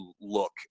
look